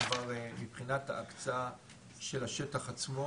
כבר מבחינת ההקצאה של השטח עצמו,